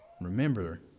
remember